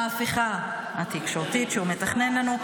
ההפיכה התקשורתית שהוא מתכנן לנו.